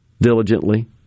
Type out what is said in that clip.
diligently